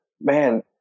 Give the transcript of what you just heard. man